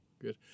Good